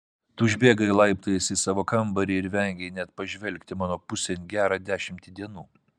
tu užbėgai laiptais į savo kambarį ir vengei net pažvelgti mano pusėn gerą dešimtį dienų